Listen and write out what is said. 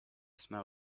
smell